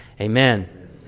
amen